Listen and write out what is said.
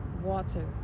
water